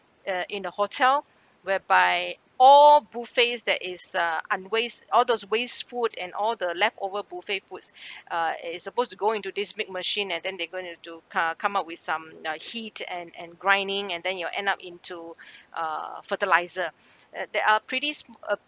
uh in the hotel whereby all buffets that is uh unwaste all those waste food and all the leftover buffet foods uh it is supposed to go into this make machine and then they're going to do co~ come up with some uh heat and and grinding and then it will end up into err fertiliser and there are pretty s~ uh